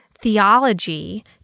theology